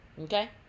okay